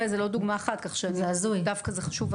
15 זו לא רק דוגמה אחת, כך שזה דווקא חשוב.